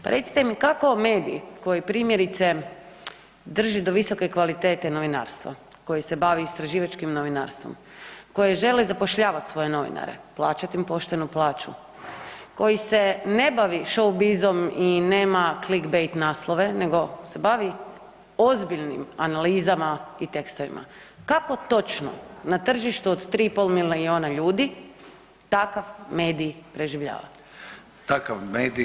Pa recite mi kako medij koji primjerice drži do visoke kvalitete novinarstva koji se bavi istraživačkim novinarstvom koje žele zapošljavati svoje novinare, plaćati im poštenu plaću, koji se ne bavi showbuzzom i nema clickbait naslove, nego se bavi ozbiljnim analizama i tekstovima kako točno na tržištu od 3 i pol milijuna ljudi takav medij preživljava?